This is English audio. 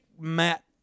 Matt